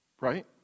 Right